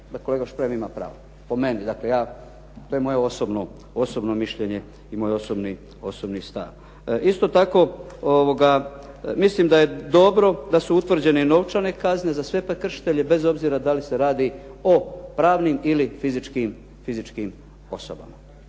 da kolega Šprem ima pravo, po meni. Dakle, to je moje osobno mišljenje i moj osobni stav. Isto tako, mislim da je dobro da su utvrđene novčane kazne za sve prekršitelje bez obzira da li se radi o pravnim ili fizičkim osobama.